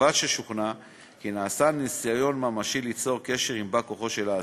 ובלבד ששוכנע כי נעשה ניסיון ממשי ליצור קשר עם בא-כוחו של האסיר.